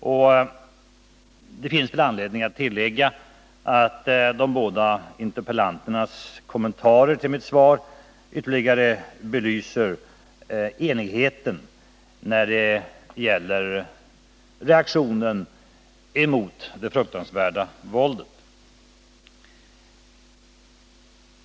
Det finns väl anledning att tillägga att de båda interpellanternas kommentarer till mitt svar ytterligare belyser enigheten när det gäller reaktionen mot det fruktansvärda våldet.